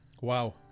Wow